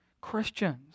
Christians